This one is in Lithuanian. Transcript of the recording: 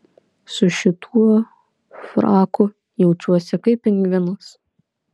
su šituo fraku jaučiuosi kaip pingvinas